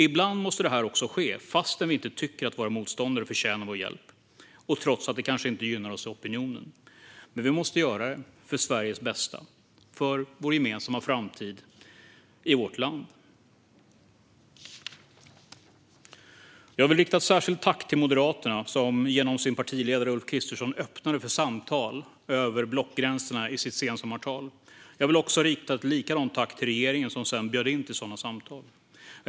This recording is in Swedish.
Ibland måste detta också ske fastän vi inte tycker att våra motståndare förtjänar vår hjälp och trots att det kanske inte gynnar oss i opinionen. Men vi måste göra det för Sveriges bästa och för vår gemensamma framtid i vårt land. Jag vill rikta ett särskilt tack till Moderaterna som genom sin partiledare Ulf Kristerssons sensommartal öppnade för samtal över blockgränserna. Jag vill också rikta ett tack till regeringen som sedan bjöd in till sådana samtal.